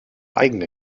eigene